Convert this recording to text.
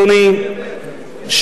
אדוני,